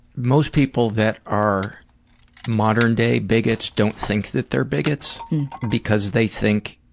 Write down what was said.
most people that are modern day bigots don't think that they're bigots because they think,